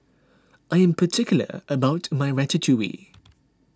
I am particular about my Ratatouille